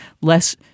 less